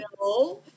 No